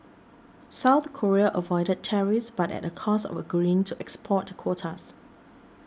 South Korea avoided tariffs but at a cost of agreeing to export quotas